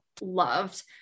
loved